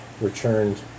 returned